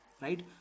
right